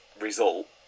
result